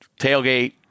tailgate